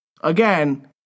again